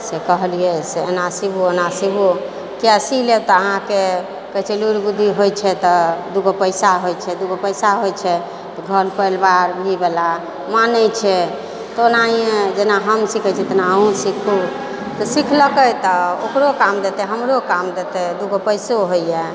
से कहलियै से एना सीबू ओना सीबू किया सी लेब तऽ अहाँके कहै छै लूरि बुद्धि होइ छै तऽ दूगो पैसा होइ छै दूगो पैसा होइ छै तऽ घर परिवारवला मानै छै तेनाहिये जेना हम सीखै छियै तेना अहुँ सीखू तऽ सीखलकै तऽ ओकरो काम देतै हमरो काम देतै दूगो पैसो होइए